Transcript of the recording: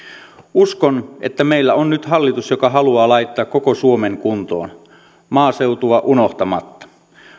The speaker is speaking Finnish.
uskon että meillä on nyt hallitus joka haluaa laittaa koko suomen kuntoon maaseutua unohtamatta